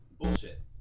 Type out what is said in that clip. Bullshit